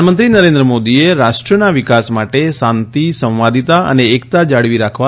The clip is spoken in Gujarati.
પ્રધાનમંત્રી નરેન્દ્ર મોદીએ રાષ્ટ્રના વિકાસ માટે શાંતિ સંવાદિતા અને એકતા જાળવી રાખવા